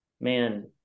Man